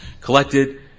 collected